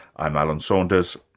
i'm alan saunders,